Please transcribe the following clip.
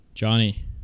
Johnny